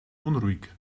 unruhig